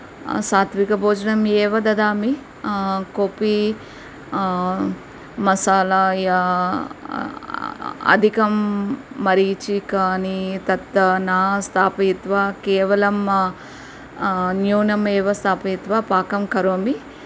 सात्विकभोजनम् एव ददामि कोऽपि मसाला या अधिकं मरीचिकानि तत्र न स्थापयित्वा केवलं न्यूनम् एव स्थापयित्वा पाकं करोमि